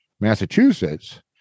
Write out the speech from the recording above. massachusetts